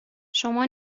شما